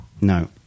No